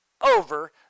over